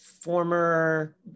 former